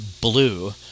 blue